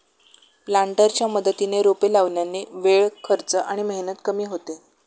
प्लांटरच्या मदतीने रोपे लावल्याने वेळ, खर्च आणि मेहनत कमी होते